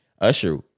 Usher